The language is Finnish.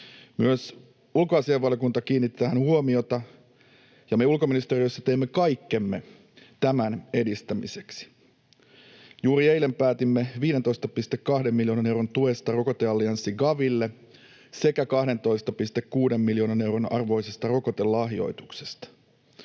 Myös ulkoasiainvaliokunta kiinnitti tähän huomiota, ja me ulkoministeriössä teemme kaikkemme tämän edistämiseksi. Juuri eilen päätimme 15,2 miljoonan euron tuesta rokoteallianssi Gaville sekä 12,6 miljoonan euron arvoisesta rokotelahjoituksesta.